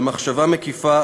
במחשבה מקיפה,